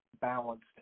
balanced